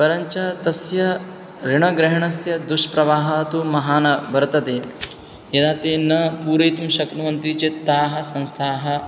परञ्च तस्य ऋणग्रहणस्य दुष्प्रभावः तु महान् वर्तते यदा ते न पूरयितुं शक्नुवन्ति चेत् ताः संस्थाः